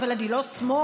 אבל אני לא שמאל,